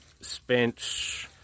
spent